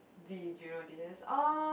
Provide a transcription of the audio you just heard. um